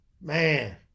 Man